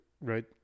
right